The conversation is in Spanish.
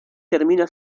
termina